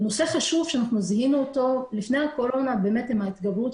נושא חשוב שזיהינו לפני הקורונה זה התגברות